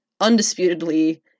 undisputedly